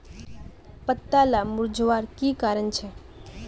पत्ताला मुरझ्वार की कारण छे?